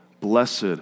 blessed